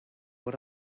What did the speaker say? what